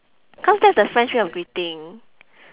cause that's the french way of greeting